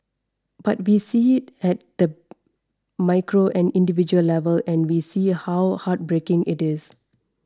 but we see it at at the micro and individual level and we see how heartbreaking it is